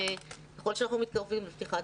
ככל שאנחנו מתקרבים לפתיחת השנה.